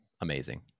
amazing